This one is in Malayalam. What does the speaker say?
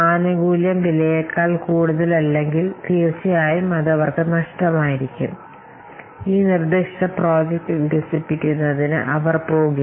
ആനുകൂല്യം വിലയേക്കാൾ കൂടുതലല്ലെങ്കിൽ തീർച്ചയായും അത് അവർക്ക് നഷ്ടമായിരിക്കും മാത്രമല്ല ഈ നിർദ്ദിഷ്ട പ്രോജക്റ്റ് വികസിപ്പിക്കുന്നതിന് അവർ പോകില്ല